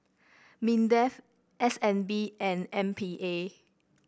Mindef S N B and M P A